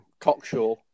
Cockshaw